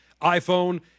iPhone